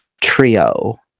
Trio